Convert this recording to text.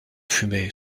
fumée